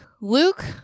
Luke